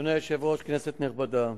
אדוני היושב-ראש, כנסת נכבדה,